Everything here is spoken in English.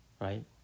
right